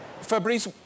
Fabrice